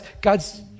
God's